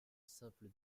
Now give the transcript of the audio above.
simple